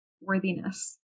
worthiness